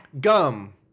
Gum